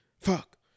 Fuck